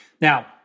Now